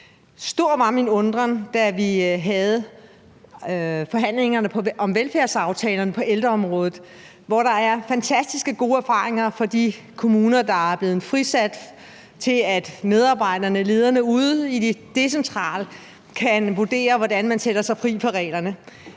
Stor var min undren, da vi havde forhandlingerne om velfærdsaftaler på ældreområdet, hvor der er fantastisk gode erfaringer fra de kommuner, der er blevet frisat til, at medarbejderne og lederne ude decentralt kan vurdere, hvordan man gør sig fri af reglerne.